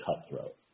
cutthroat